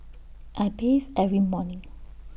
I bathe every morning